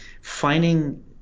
finding